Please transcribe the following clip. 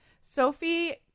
Sophie